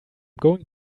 going